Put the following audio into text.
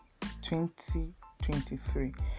2023